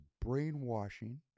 brainwashing